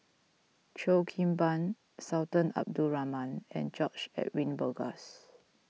Cheo Kim Ban Sultan Abdul Rahman and George Edwin Bogaars